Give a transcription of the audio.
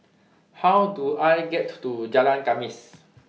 How Do I get to Jalan Khamis